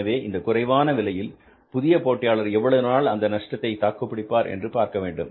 எனவே இந்த குறைவான விலையில் புதிய போட்டியாளர் எவ்வளவு நாள் அந்த நஷ்டத்தை தாக்குப் பிடிப்பார் என்று பார்க்க வேண்டும்